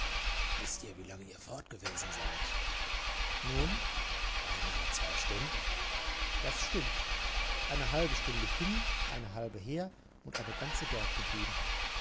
wißt ihr wie lange ihr fort gewesen seid nun beinahe zwei stunden das stimmt eine halbe stunde hin eine halbe her und eine ganze dort geblieben